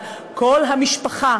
כל המשפחה